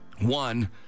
One